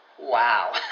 Wow